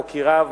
מוקיריו,